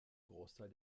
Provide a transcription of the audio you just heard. großteil